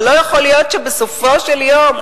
אבל לא יכול להיות שבסופו של יום,